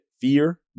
fear